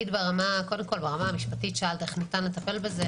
קודם כל שאלת ברמה המשפטית אך ניתן לטפל בזה,